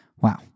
Wow